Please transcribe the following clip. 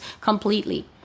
completely